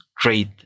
great